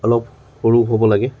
অলপ সৰু হ'ব লাগে